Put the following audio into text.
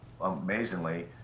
amazingly